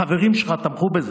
החברים שלך תמכו בזה,